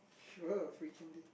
sure free candy